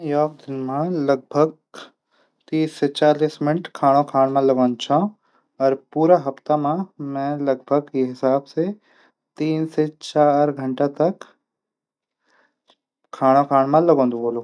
मि एक दिन मा लगभग तीस से चालीस मिनट खाणू खाण मा लगांदू छौ अर पूरा हप्ता मा लगभग हिसाब से तीन से चार घंटा खाणू खाण मा लगांदू ।होलू।